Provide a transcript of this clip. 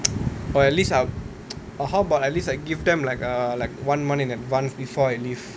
or at least I'll or how about at least I give them like err like one month in advance before I leave